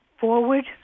forward